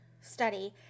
study